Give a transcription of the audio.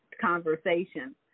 conversation